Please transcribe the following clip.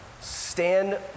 stand